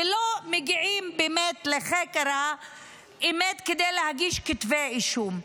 ולא מגיעים באמת לחקר האמת כדי להגיש כתבי אישום.